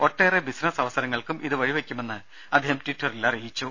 ഒട്ടേറെ ബിസിനസ് അവസരങ്ങൾക്കും ഇത് വഴിവെക്കുമെന്ന് അദ്ദേഹം ട്വിറ്ററിൽ അറിയിച്ചു